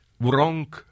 wrong